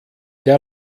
der